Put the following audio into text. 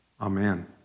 Amen